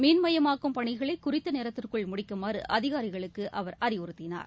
மின்மயமாக்கும் பணிகளை குறித்த நேரத்திற்குள் முடிக்குமாறு அதிகாரிகளுக்கு அவர் அறிவுறத்தினார்